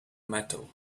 metal